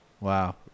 Wow